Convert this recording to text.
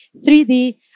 3D